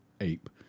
ape